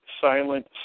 silent